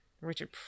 richard